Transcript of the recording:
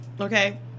Okay